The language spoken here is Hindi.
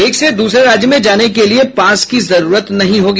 एक से द्रसरे राज्य में जाने के लिए पास की जरूरत नहीं होगी